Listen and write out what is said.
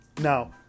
Now